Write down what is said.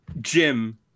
Jim